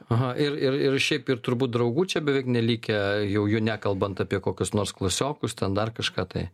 aha ir ir ir šiaip ir turbūt draugų čia beveik nelikę jau jau nekalbant apie kokius nors klasiokus ten dar kažką tai